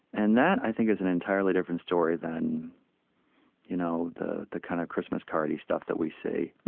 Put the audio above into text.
and that, i think, is an entirely different story than you know the the kind of christmas-card-y stuff that we see.